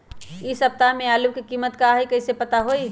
इ सप्ताह में आलू के कीमत का है कईसे पता होई?